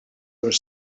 were